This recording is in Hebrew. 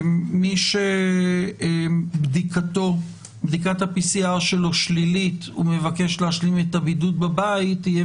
מי שבדיקת ה-PCR שלו ומבקש להשלים את הבידוד בבית יהיה